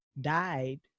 died